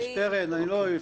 לא הפרעתי לכם.